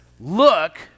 look